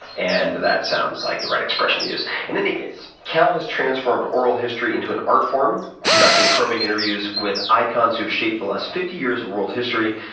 and that sounds like the right expression to use. in any case, cal has transformed oral history into an art form, conducting probing interviews with icons who've shaped the last fifty years of world history,